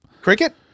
Cricket